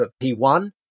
P1